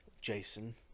jason